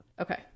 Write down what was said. Okay